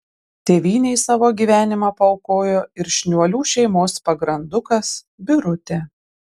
tėvynei savo gyvenimą paaukojo ir šniuolių šeimos pagrandukas birutė